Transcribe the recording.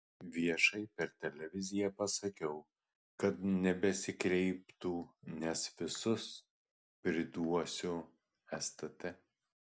viešai per televiziją pasakiau kad nebesikreiptų nes visus priduosiu stt